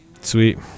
Sweet